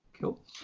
Cool